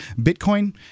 Bitcoin